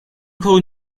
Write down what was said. encore